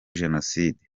jenoside